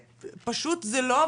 שפשוט זה לא,